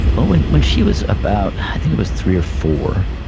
well, when when she was about, i think it was three or four,